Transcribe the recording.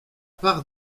part